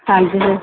ਹਾਂਜੀ ਸਰ